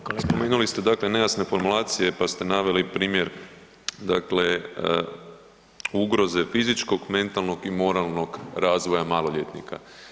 A pardon, spomenuli ste dakle nejasne formulacije pa ste naveli primjer dakle ugroze fizičkog, mentalnog i moralnog razvoja maloljetnika.